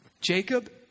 Jacob